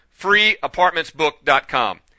freeapartmentsbook.com